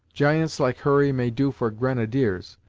giants like hurry may do for grenadiers,